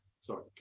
Sorry